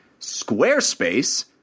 Squarespace